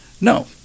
No